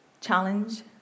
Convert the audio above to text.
challenge